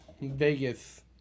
Vegas